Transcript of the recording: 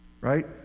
Right